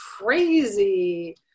crazy